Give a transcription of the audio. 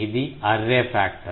ఇది array factor